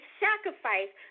sacrifice